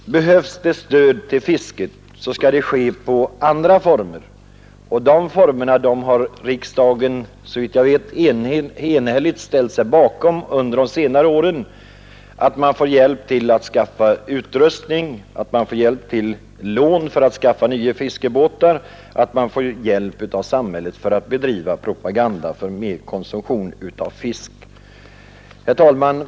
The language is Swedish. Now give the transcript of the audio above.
Behövs det stöd till fisket skall det ges i andra former, och dessa andra former har riksdagen såvitt jag vet enhälligt ställt sig bakom under senare år. Fiskarna kan få hjälp att skaffa utrustning, hjälp till lån för att skaffa nya fiskebåtar och hjälp av samhället att bedriva propaganda för ökad konsumtion av fisk. Herr talman!